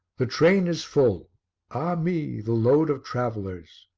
the train is full ah me! the load of travellers!